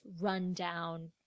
rundown